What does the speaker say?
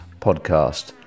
podcast